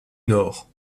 nord